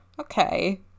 okay